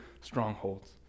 strongholds